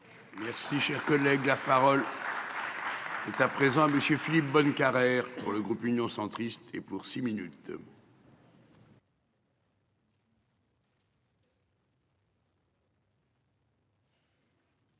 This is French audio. Merci cher collègue. Il est à présent monsieur Philippe. Bonnecarrere pour le groupe Union centriste et pour six minutes.